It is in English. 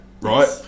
right